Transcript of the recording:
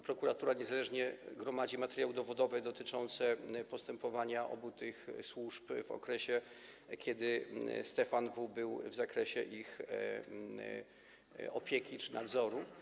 Prokuratura niezależnie gromadzi materiały dowodowe dotyczące postępowania obu tych służb w okresie, kiedy Stefan W. był pod ich opieką czy nadzorem.